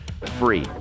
free